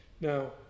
Now